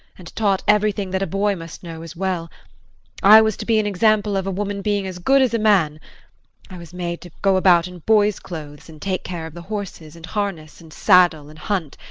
and taught everything that a boy must know as well i was to be an example of a woman being as good as a man i was made to go about in boy's clothes and take care of the horses and harness and saddle and hunt,